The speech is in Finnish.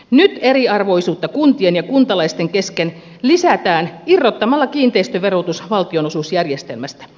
nyt eriarvoisuutta kuntien ja kuntalaisten kesken lisätään irrottamalla kiinteistöverotus valtionosuusjärjestelmästä